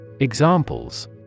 Examples